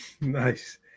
Nice